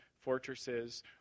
fortresses